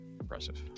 Impressive